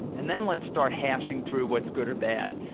and then let's start hashing through what's good or bad.